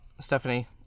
Stephanie